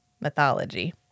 mythology